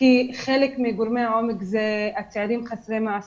כי חלק מגורמי העומק הם צעירים חסרי מעש